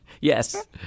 Yes